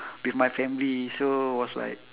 with my family so was like